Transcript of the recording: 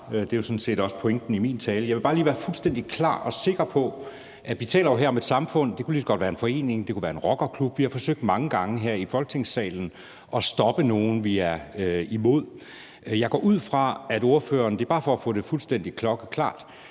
set også pointen i min tale. Jeg vil bare lige være fuldstændig klar og sikker på noget. Vi taler her om et samfund, og det kunne lige så godt være en forening, det kunne være en rockerklub. Vi har forsøgt mange gange her i Folketingssalen at stoppe nogle, vi er imod. Jeg går ud fra, at ordføreren er enig i – det er bare for at få det fuldstændig klokkeklart